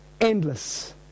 endless